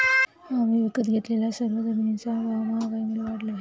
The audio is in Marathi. आम्ही विकत घेतलेल्या सर्व जमिनींचा भाव महागाईमुळे वाढला आहे